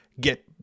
get